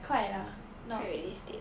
quite lah not